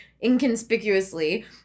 inconspicuously